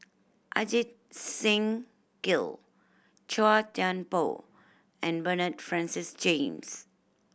Ajit Singh Gill Chua Thian Poh and Bernard Francis James